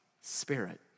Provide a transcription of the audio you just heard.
Spirit